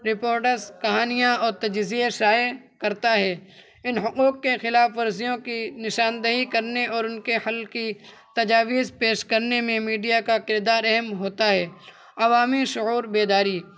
reporters کہانیاں اور تجزیے شائع کرتا ہے ان حقوق کے خلاف ورزیوں کی نشاندہی کرنے اور ان کے حل کی تجاویز پیش کرنے میں میڈیا کا کردار اہم ہوتا ہے عوامی شعور بیداری